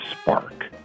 spark